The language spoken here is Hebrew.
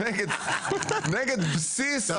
נגד בסיס הבוחרים.